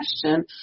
question